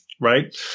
right